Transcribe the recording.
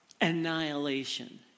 annihilation